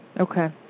Okay